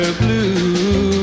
blue